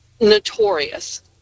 Notorious